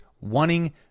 wanting